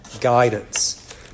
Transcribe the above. guidance